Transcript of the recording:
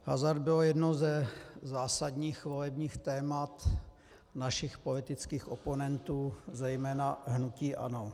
Hazard byl jedním ze zásadních volebních témat našich politických oponentů, zejména hnutí ANO.